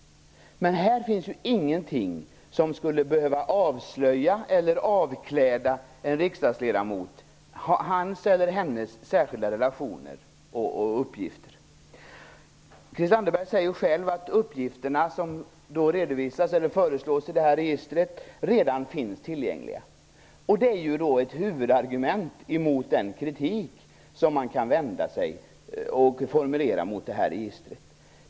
Men i förslaget finns det inte något som skulle behöva avslöja eller avkläda en riksdagsledamot hans eller hennes särskilda relationer och uppgifter. Christel Anderberg säger själv att uppgifterna som man föreslår skall redovisas i det här registret redan finns tillgängliga. Men det är ju ett huvudargument mot den kritik som man kan ha mot registret.